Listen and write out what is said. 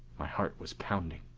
my heart was pounding.